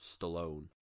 Stallone